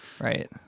right